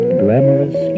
glamorous